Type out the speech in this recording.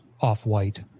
off-white